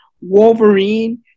Wolverine